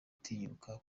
gutinyuka